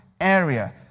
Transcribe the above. area